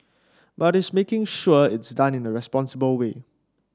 but it's making sure it's done in a responsible way